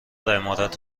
امارات